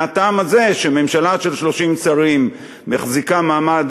מהטעם שממשלה של 30 שרים מחזיקה מעמד